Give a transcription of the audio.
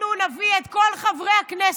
אנחנו נביא את כל חברי הכנסת,